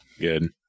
Good